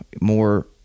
more